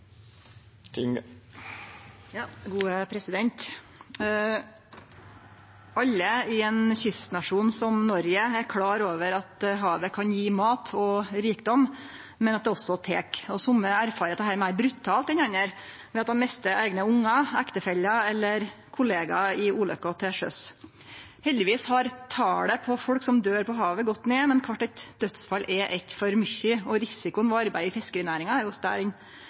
Alle i ein kystnasjon som Noreg er klare over at havet kan gje mat og rikdom, men at det også tek. Somme erfarer dette meir brutalt enn andre, ved at dei mistar eigne ungar, ektefeller eller kollegaar i ulykker til sjøs. Heldigvis har talet på folk som døyr på havet, gått ned, men kvart eit dødsfall er eitt for mykje. Og risikoen ved å arbeide i fiskerinæringa er